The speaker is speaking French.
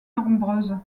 nombreuses